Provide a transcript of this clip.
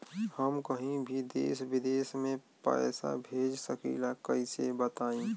हम कहीं भी देश विदेश में पैसा भेज सकीला कईसे बताई?